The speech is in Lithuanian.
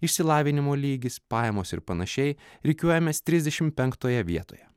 išsilavinimo lygis pajamos ir panašiai rikiuojamės trisdešimt penktoje vietoje